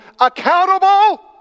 accountable